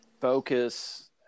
focus